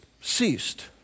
ceased